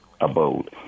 abode